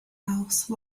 house